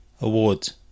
Awards